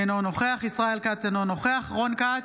אינו נוכח ישראל כץ, אינו נוכח רון כץ,